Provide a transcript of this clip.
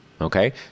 Okay